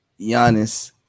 Giannis